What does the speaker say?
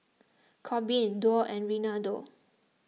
Corbin Dorr and Reinaldo